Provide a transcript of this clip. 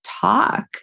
talk